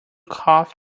calf